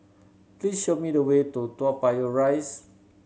please show me the way to Toa Payoh Rise